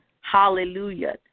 hallelujah